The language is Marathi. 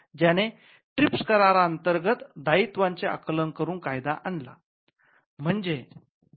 ज्याने ट्रिप्स करारा अंतर्गत दायित्वांचे आकलन करून कायदा आणला